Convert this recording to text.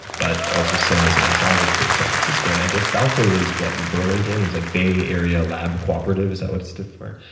but also san jose, and traveled to san francisco. and i guess balco was what? in birlingame? and it's like bay area lab cooperative? is that what it stood for?